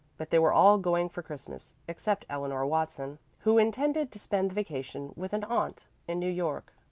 but they were all going for christmas, except eleanor watson, who intended to spend the vacation with an aunt in new york.